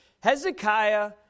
Hezekiah